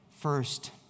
first